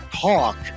talk